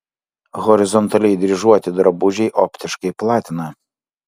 horizontaliai dryžuoti drabužiai optiškai platina